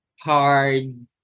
hard